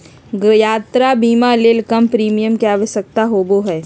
यात्रा बीमा ले कम प्रीमियम के आवश्यकता होबो हइ